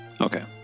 Okay